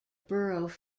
borough